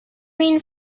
min